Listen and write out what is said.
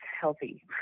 healthy